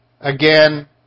again